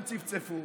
הם צפצפו,